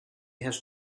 has